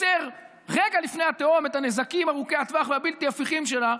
עוצר רגע לפני התהום את הנזקים ארוכי הטווח והבלתי-הפיכים שלה,